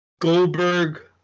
Goldberg